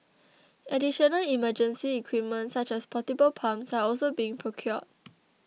additional emergency equipment such as portable pumps are also being procured